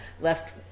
left